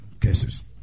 cases